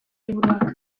liburuak